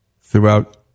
throughout